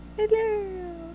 hello